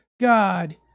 God